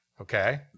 Okay